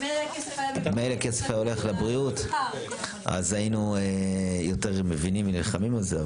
מילא אם הכסף היה הולך לבריאות אז היינו יותר מבינים ונלחמים על זה.